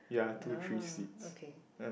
oh okay